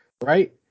right